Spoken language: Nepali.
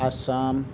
आसाम